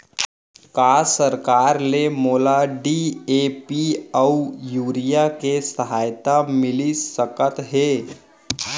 का सरकार से मोला डी.ए.पी अऊ यूरिया के सहायता मिलिस सकत हे?